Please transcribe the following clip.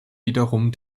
wiederum